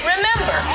Remember